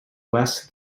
west